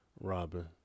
Robin